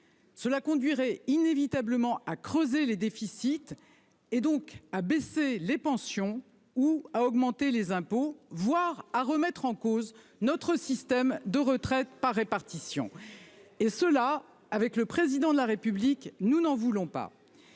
nous creuserions inévitablement les déficits et nous serions conduits à baisser les pensions ou à augmenter les impôts, voire à remettre en cause notre système de retraite par répartition. Et cela, avec le Président de la République, nous n'en voulons pas